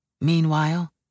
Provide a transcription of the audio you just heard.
Meanwhile